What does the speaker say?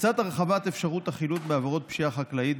לצד הרחבת אפשרות החילוט בעבירות פשיעה חקלאית,